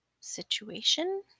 situation